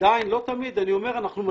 עדיין לא תמיד אנחנו מצליחים.